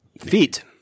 Feet